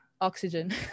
oxygen